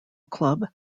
club